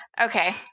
Okay